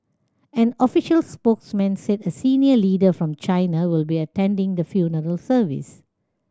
an official spokesman said a senior leader from China will be attending the funeral service